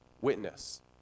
witness